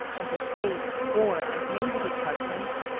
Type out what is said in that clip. and the state, war, and navy departments,